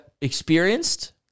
experienced